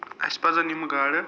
اَسہِ پَزَن یِم گاڈٕ